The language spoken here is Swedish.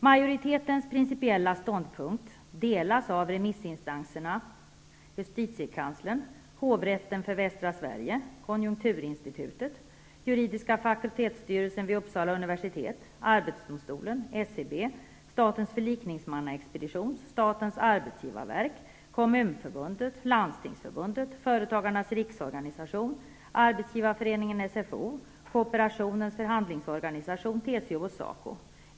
Majoritetens principiella ståndpunkt delas av remissinstanserna justitiekanslern, hovrätten för västra Sverige, konjunkturinstitutet, juridiska fakultetsstyrelsen vid Uppsala universitet, arbetsdomstolen, SCB, statens förlikningsmannaexpedition, statens arbetsgivarverk, Kommunförbundet, och SACO.